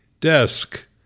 desk